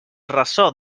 ressò